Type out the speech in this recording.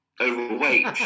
overweight